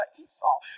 Esau